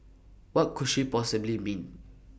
what could she possibly mean